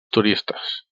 turistes